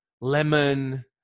lemon